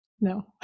No